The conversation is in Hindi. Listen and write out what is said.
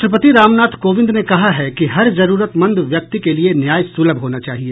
राष्ट्रपति रामनाथ कोविंद ने कहा है कि हर जरूरतमंद व्यक्ति के लिए न्याय सुलभ होना चाहिए